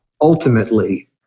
ultimately